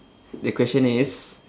the question is